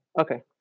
Okay